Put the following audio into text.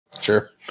Sure